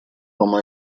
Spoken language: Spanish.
como